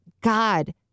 God